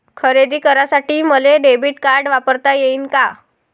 खरेदी करासाठी मले डेबिट कार्ड वापरता येईन का?